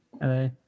Hello